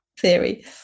theory